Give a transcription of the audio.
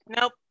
nope